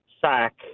sack